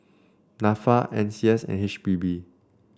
NAFA N C S and H P B